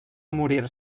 morir